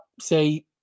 say